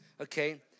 Okay